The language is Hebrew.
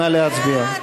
נא להצביע.